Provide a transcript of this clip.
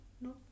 no